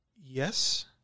Yes